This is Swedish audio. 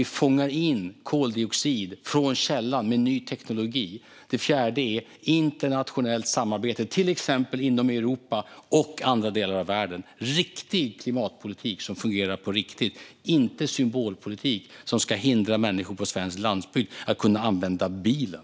Vi fångar också in koldioxid från källan med ny teknologi, och vi samarbetar internationellt. Det är riktig klimatpolitik som fungerar på riktigt - inte symbolpolitik som ska hindra människor på svensk landsbygd från att använda bilen.